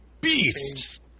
beast